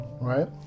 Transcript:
right